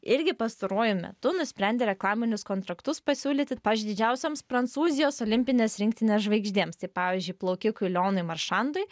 irgi pastaruoju metu nusprendė reklaminius kontraktus pasiūlyti pavyzdžiui didžiausioms prancūzijos olimpinės rinktinės žvaigždėms tai pavyzdžiui plaukikui lionui maršandui